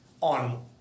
On